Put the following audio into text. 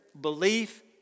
Belief